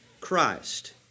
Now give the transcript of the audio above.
Christ